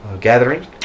gathering